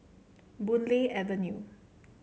Boon Lay Avenue